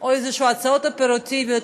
או הצעות אופרטיביות,